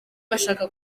bashaka